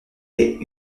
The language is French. est